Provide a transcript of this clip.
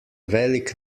velik